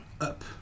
up